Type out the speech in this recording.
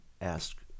ask